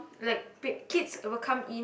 like p~ kids will come in